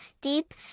deep